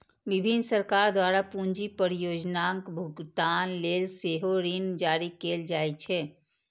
विभिन्न सरकार द्वारा पूंजी परियोजनाक भुगतान लेल सेहो ऋण जारी कैल जाइ छै